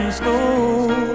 school